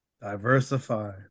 diversify